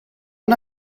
una